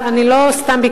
אני לא זוכר,